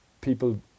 people